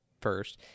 first